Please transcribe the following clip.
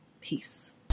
peace